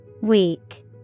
Weak